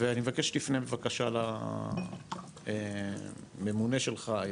ואני מבקש שתפנה בבקשה לממונה שלך,